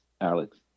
Alex